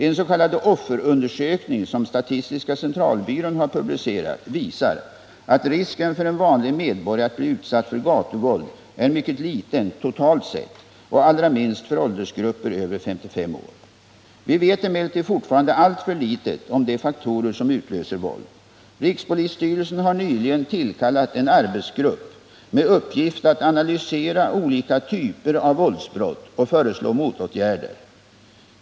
En s.k. offerundersökning som statistiska centralbyrån har publicerat visar att risken för en vanlig medborgare att bli utsatt för gatuvåld är mycket liten totalt sett och allra minst för åldersgruppen över 55 år. Vi vet emellertid fortfarande alltför litet om de faktorer som utlöser våld. Rikspolisstyrelsen har nyligen tillkallat en arbetsgrupp med uppgift att analysera olika typer av våldsbrott och föreslå motåtgärder.